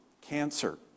cancer